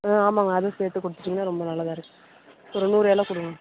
ஆ ஆமாங்க அதுவும் சேர்த்து கொடுத்துட்டீங்கன்னா ரொம்ப நல்லதாக இருக்கும் ஒரு நூறு எலை கொடுங்க